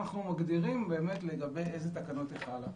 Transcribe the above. אנחנו מגדירים לגבי איזה תקנות היא יכולה להתאים.